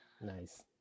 Nice